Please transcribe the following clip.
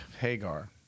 Hagar